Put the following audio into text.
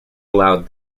allowed